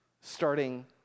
starting